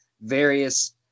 various